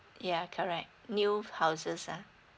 yeah correct new houses ah